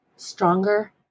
stronger